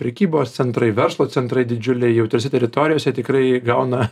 prekybos centrai verslo centrai didžiuliai jautriose teritorijose tikrai gauna